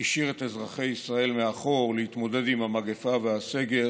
השאיר את אזרחי ישראל מאחור להתמודד עם המגפה והסגר